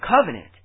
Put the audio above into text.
covenant